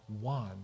one